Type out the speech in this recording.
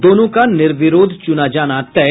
दोनों का निर्विरोध चुना जाना तय